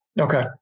Okay